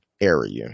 area